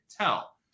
tell